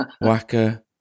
Waka